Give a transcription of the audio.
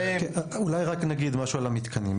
אולי רק נגיד משהו על המתקנים.